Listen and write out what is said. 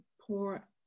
poor